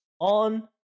on